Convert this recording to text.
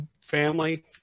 family